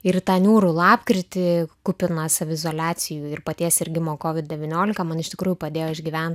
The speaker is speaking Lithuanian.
ir tą niūrų lapkritį kupiną saviizoliacijų ir paties sirgimo kovid devyniolika man iš tikrųjų padėjo išgyvent